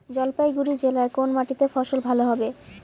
জলপাইগুড়ি জেলায় কোন মাটিতে ফসল ভালো হবে?